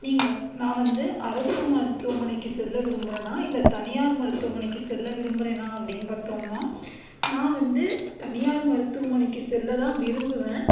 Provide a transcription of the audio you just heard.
நீங்கள் நான் வந்து அரசு மருத்துவமனைக்கு செல்ல விரும்புகிறேனா இல்லை தனியார் மருத்துவமனைக்கு செல்ல விரும்புகிறேனா அப்படின்னு பார்த்தோம்னா நான் வந்து தனியார் மருத்துவமனைக்கு செல்ல தான் விரும்புவேன்